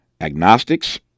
agnostics